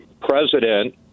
president